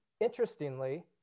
interestingly